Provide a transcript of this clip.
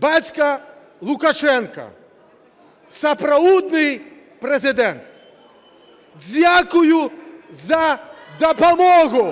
Бацька Лукашэнка – сапраўдны прэзідэнт, дзякуй за дапамогу.